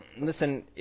listen